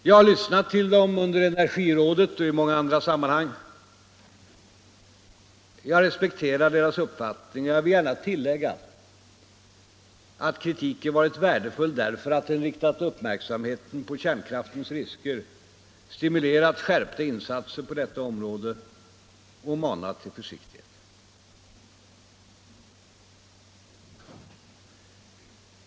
Jag har lyssnat till dem under energirådets sammanträden och i många andra sammanhang. Jag respekterar deras uppfattning, och jag vill gärna tillägga att kritiken varit värdefull därför att den riktat uppmärksamheten på kärnkraftens risker, stimulerat skärpta insatser på detta område och manat till försiktighet.